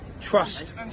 trust